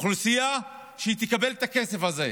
אוכלוסייה שתקבל את הכסף הזה.